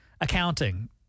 accounting